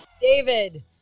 David